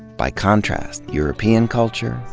by contrast, european culture,